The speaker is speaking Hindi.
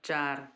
चार